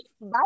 Bye